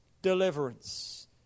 Deliverance